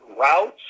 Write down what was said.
routes